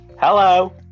hello